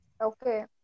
okay